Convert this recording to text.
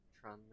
Tron